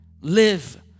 live